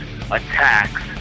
Attacks